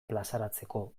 plazaratzeko